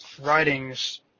writings